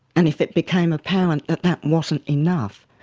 and if it became apparent that that wasn't enough,